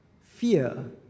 fear